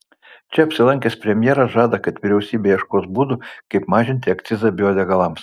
čia apsilankęs premjeras žada kad vyriausybė ieškos būdų kaip mažinti akcizą biodegalams